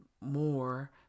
more